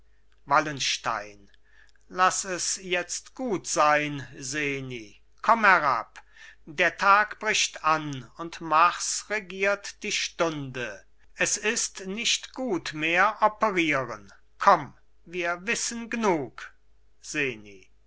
wallenstein laß es jetzt gut sein seni komm herab der tag bricht an und mars regiert die stunde es ist nicht gut mehr operieren komm wir wissen gnug seni